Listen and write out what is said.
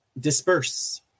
disperse